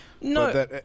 No